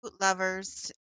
lovers